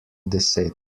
deset